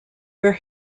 where